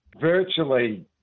virtually